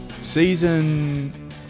Season